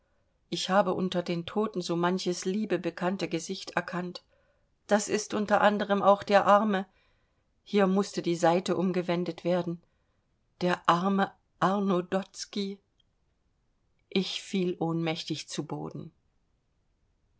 ich habe unter den toten so manches liebe bekannte gesicht erkannt das ist unter anderen auch der arme hier mußte die seite umgewendet werden der arme arno dotzky ich fiel ohnmächtig zu boden